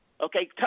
Okay